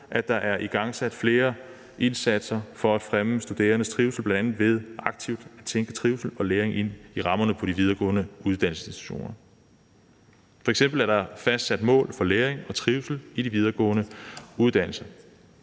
at der er igangsat flere indsatser for at fremme studerendes trivsel, bl.a. ved aktivt at tænke trivsel og læring ind i rammerne på de videregående uddannelsesinstitutioner. F.eks. er der fastsat mål for læring og trivsel i de videregående uddannelser,